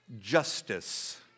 justice